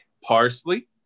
Parsley